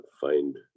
find